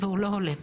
והוא לא הולם.